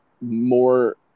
more